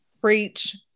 preach